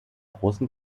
großen